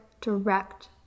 direct